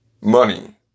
money